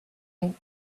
and